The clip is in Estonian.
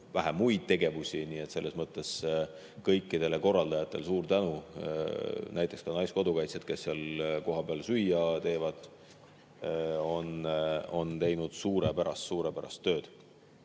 ka muid tegevusi. Nii et selles mõttes kõikidele korraldajatele suur tänu! Näiteks naiskodukaitsjad, kes seal kohapeal süüa teevad, on teinud suurepärast tööd.